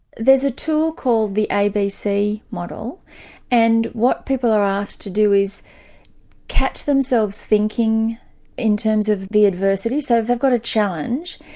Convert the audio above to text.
there's a tool called the abc model and what people are asked to do is catch themselves thinking in terms of the adversity. so if they've got a challenge,